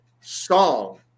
song